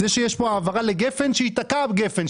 זה שיש כאן העברה לגפ"ן שייתקע גפ"ן,